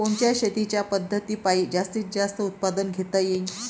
कोनच्या शेतीच्या पद्धतीपायी जास्तीत जास्त उत्पादन घेता येईल?